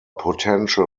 potential